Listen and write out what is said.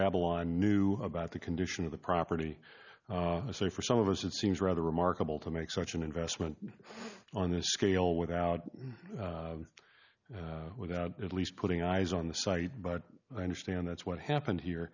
avalon knew about the condition of the property so for some of us it seems rather remarkable to make such an investment on this scale without without at least putting eyes on the site but i understand that's what happened here